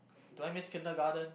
do I miss kindergarten